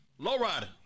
Lowrider